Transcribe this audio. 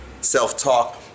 self-talk